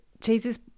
Jesus